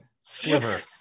Sliver